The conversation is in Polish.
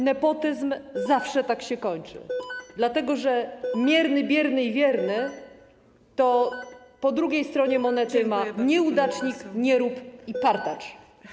Nepotyzm zawsze tak się kończy, dlatego że mierny, bierny i wierny po drugiej stronie monety to nieudacznik, nierób i partacz.